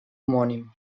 homònim